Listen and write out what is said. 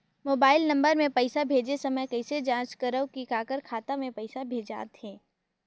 Mobile नम्बर मे पइसा भेजे समय कइसे जांच करव की काकर खाता मे पइसा भेजात हे?